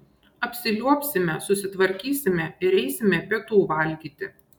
apsiliuobsime susitvarkysime ir eisime pietų valgyti